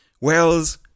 Wells